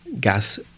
Gas